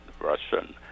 Russian